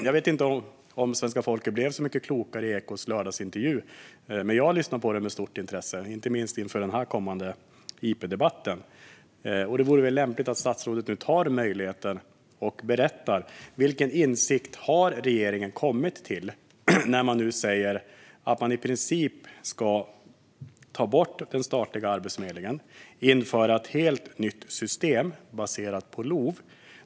Jag vet inte om svenska folket blev så mycket klokare av Ekots lördagsintervju , men jag har lyssnat på den med stort intresse, inte minst inför den här interpellationsdebatten. Det vore väl lämpligt om statsrådet nu använder den här möjligheten till att berätta vilken insikt regeringen har kommit till när man säger att man i princip ska ta bort den statliga Arbetsförmedlingen och införa ett helt nytt system baserat på LOV.